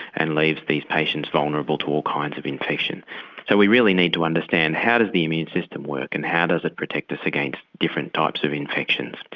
and leaves these patients vulnerable to all kinds of infection. so we really need to understand how does the immune system work, and how does it protect us against different types of infections.